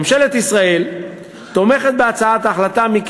ממשלת ישראל תומכת בהצעת ההחלטה, א.